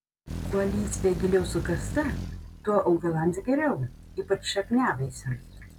kuo lysvė giliau sukasta tuo augalams geriau ypač šakniavaisiams